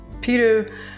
Peter